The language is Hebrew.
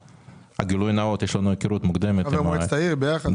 גילוי נאות, יש לנו היכרות מוקדמת עם דניאל.